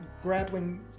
grappling